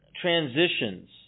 transitions